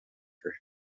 her